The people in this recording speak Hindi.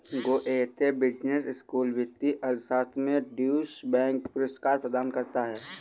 गोएथे बिजनेस स्कूल वित्तीय अर्थशास्त्र में ड्यूश बैंक पुरस्कार प्रदान करता है